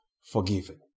forgiven